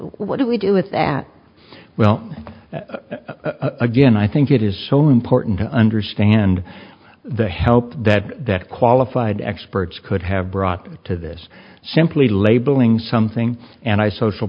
what do we do with that well again i think it is so important to understand the help that qualified experts could have brought to this simply labeling something and i social